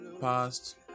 past